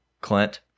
Clint